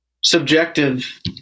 subjective